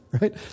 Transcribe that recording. right